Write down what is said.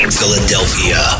Philadelphia